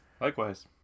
Likewise